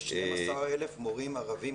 יש 12,000 מורים ערבים.